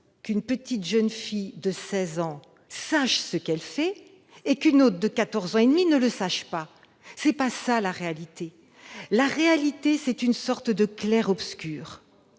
qu'une petite jeune fille de seize ans sache ce qu'elle fait et qu'une autre de quatorze ans et demi ne le sache pas ? Ce n'est pas cela, la réalité. La réalité, c'est une sorte de clair-obscur